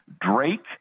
Drake